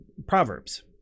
Proverbs